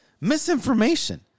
Misinformation